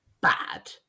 bad